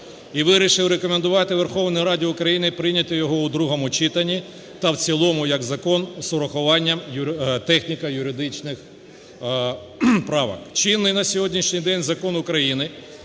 вирішив рекомендувати Верховній Раді України прийняти його у другому читанні та в цілому як закон з урахуванням техніко-юридичних правок. Чинний на сьогоднішній день Закон України